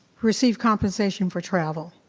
receive compensation for travel.